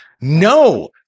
no